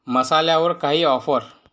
मसाल्यावर काही ऑफर